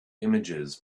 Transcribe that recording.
images